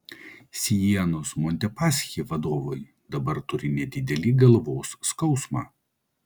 sienos montepaschi vadovai dabar turi nedidelį galvos skausmą